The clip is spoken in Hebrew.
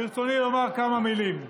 ברצוני לומר כמה מילים.